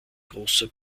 großer